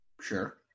Sure